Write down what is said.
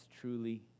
truly